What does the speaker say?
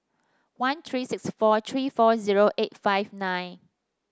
one three sxi four three four zero eight five nine